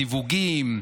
זיווגים.